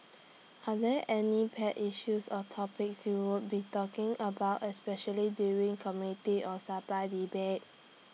are there any pet issues or topics you would be talking about especially during committee of supply debate